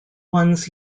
ones